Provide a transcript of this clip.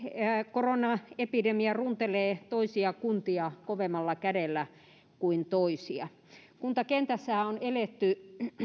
koronaepidemia runtelee toisia kuntia kovemmalla kädellä kuin toisia kuntakentässähän on eletty